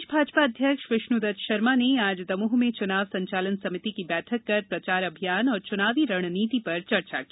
प्रदेश भाजपा अध्यक्ष विष्णु दत्त शर्मा ने आज दमोह में चुनाव संचालन समिति की बैठक कर प्रचार अभियान और चुनावी रणनीति पर चर्चा की